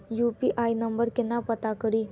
UPI number केना पत्ता कड़ी?